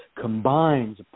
combines